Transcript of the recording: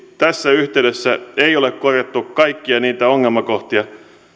tässä yhteydessä ei ole korjattu kaikkia niitä ongelmakohtia